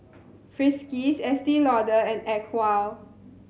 Friskies Estee Lauder and Acwell